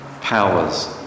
powers